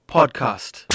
Podcast